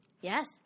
yes